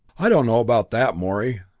i don't know about that, morey,